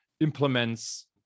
implements